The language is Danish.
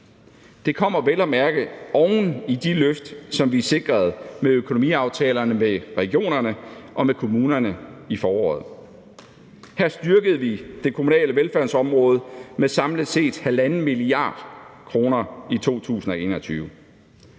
Det kommer vel at mærke oven i de løft, som vi sikrede med økonomiaftalerne med regionerne og med kommunerne i foråret. Her styrkede vi det kommunale velfærdsområde med samlet set 1,5 mia. kr. i 2021.